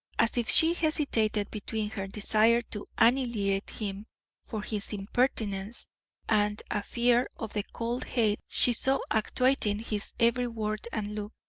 as if she hesitated between her desire to annihilate him for his impertinence and a fear of the cold hate she saw actuating his every word and look.